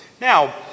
Now